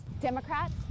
Democrats